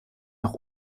nach